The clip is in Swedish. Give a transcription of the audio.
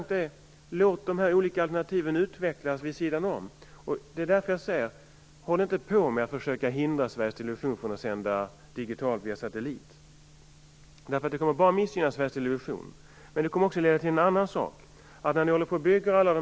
Låt de olika alternativen utvecklas vid sidan av varandra. Försök inte hindra Sveriges Television från att sända digitalt via satellit. Det kommer bara att missgynna Sveriges Television. Det kommer dessutom att leda till att något annat.